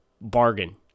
bargain